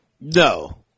No